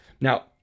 Now